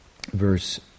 verse